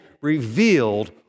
revealed